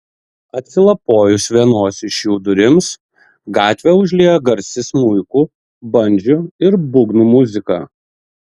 atsilapojus vienos iš jų durims gatvę užlieja garsi smuikų bandžų ir būgnų muzika